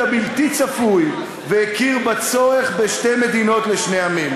הבלתי-צפוי והכיר בצורך בשתי מדינות לשני עמים,